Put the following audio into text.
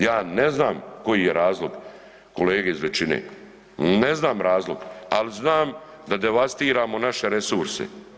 Ja ne znam koji je razlog kolege iz većine, ne znam razlog, ali znam da devastiramo naše resurse.